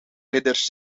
ridders